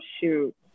shoot